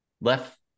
left